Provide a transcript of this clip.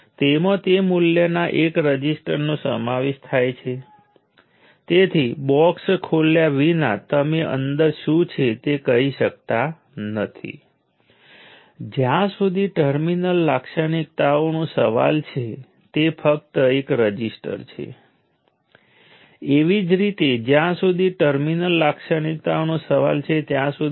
તેથી ચાલો કહીએ કે આ રેફરન્સ નોડ છે તો રેફરન્સ નોડના રેફરન્સમાં ટર્મિનલ 1 નો વોલ્ટેજ V1 છે રેફરન્સ નોડના રેફરન્સમાં ટર્મિનલ 2 ના વોલ્ટેજ V2 છે